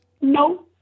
No